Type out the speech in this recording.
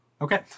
Okay